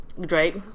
Drake